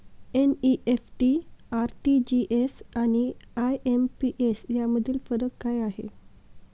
NEFT, RTGS आणि IMPS यामधील फरक काय आहे?